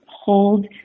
hold